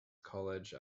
college